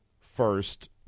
first